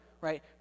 right